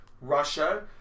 Russia